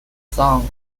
song